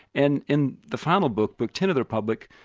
and in the final book, book ten of the republic,